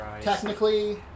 Technically